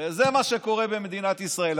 וזה מה שקורה במדינת ישראל.